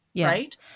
right